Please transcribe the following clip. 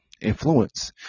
influence